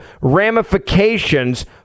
ramifications